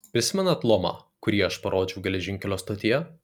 prisimenat lomą kurį aš parodžiau geležinkelio stotyje